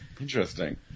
Interesting